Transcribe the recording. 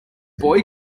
boy